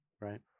right